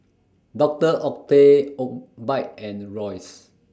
Doctor Oetker Obike and Royce